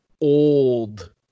old